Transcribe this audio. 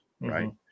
Right